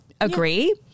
agree